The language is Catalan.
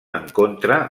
encontre